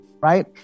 right